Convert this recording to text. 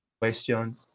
question